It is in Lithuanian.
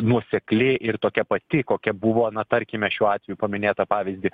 nuosekli ir tokia pati kokia buvo na tarkime šiuo atveju paminėtą pavyzdį